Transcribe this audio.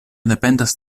dependas